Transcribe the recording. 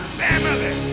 family